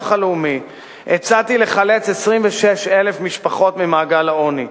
הלאומי הצעתי לחלץ 26,000 משפחות ממעגל העוני,